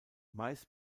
meist